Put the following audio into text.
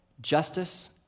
Justice